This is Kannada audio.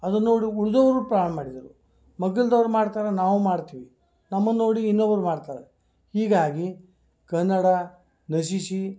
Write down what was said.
ಅದನ್ನ ನೋಡು ಉಳಿಸೊರು ಪ್ರಾರಂಭ ಮಾಡಿದರು ಮಗ್ಗಲದವ್ರು ಮಾಡ್ತಾರೆ ನಾವೂ ಮಾಡ್ತೀವಿ ನಮ್ಮನ್ನ ನೋಡಿ ಇನ್ನೊಬ್ಬರು ಮಾಡ್ತಾರೆ ಹೀಗಾಗಿ ಕನ್ನಡ ನಶಿಸಿ